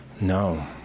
No